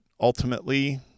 ultimately